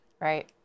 Right